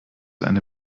eine